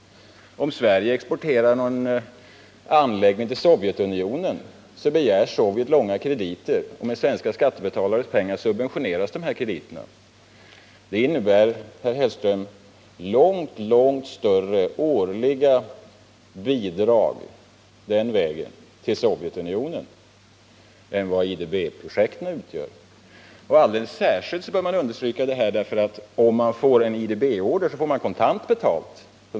Om Sverige exporterar en anläggning till Sovjetunionen, begär Sovjet långa krediter, som subventioneras med svenska skattebetalares pengar. Det innebär, herr Hellström, långt större årliga bidrag den vägen till Sovjetunionen än vad IDB-projekten kräver. Detta bör understrykas alldeles särskilt med tanke på att en IDB-order ger kontant betalning.